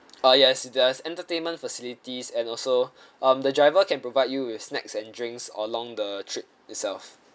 uh yes there's entertainment facilities and also um the driver can provide you with snacks and drinks along the trip itself